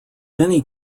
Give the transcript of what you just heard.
many